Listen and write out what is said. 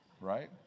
Right